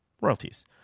royalties